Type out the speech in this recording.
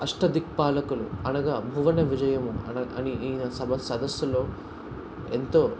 అష్టదిక్పాలకులు అనగా భువన విజయం అని సదస్సులో ఎంతో